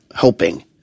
helping